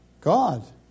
God